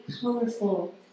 colorful